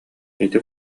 ити